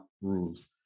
rules